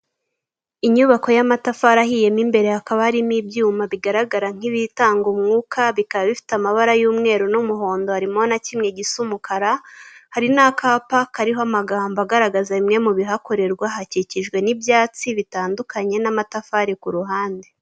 Inyubako y'amatafari ahiyemo, mo imbere hakaba harimo ibyuma bigaragara nk'ibitanga umwuka bikaba bifite amabara y'umweru n'umuhondo, harimo na kimwe gise umukara, hari n'akapa kariho amagambo agaragaza bimwe mu bihakorerwa, hakikijwe n'ibyatsi bitandukanye n'amatafari ku ruhande.